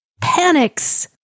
panics